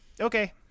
Okay